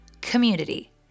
community